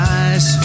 eyes